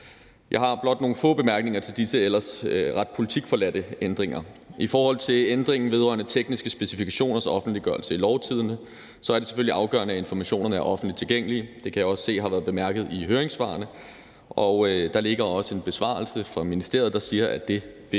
Jeg har blot nogle få bemærkninger til disse ellers ret politikforladte ændringer. I forhold til ændringen vedrørende tekniske specifikationers offentliggørelse i Lovtidende er det selvfølgelig afgørende, at informationerne er offentligt tilgængelige. Det kan jeg også se har været bemærket i høringssvarene, og der ligger også en besvarelse fra ministeriet, der siger, at det vil